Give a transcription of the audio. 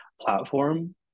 platform